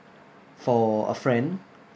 for a friend